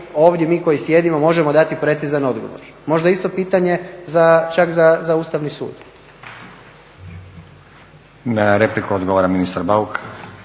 ovdje koji sjedimo možemo dati precizan odgovor. Možda isto pitanje čak za Ustavni sud. **Stazić, Nenad